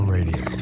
Radio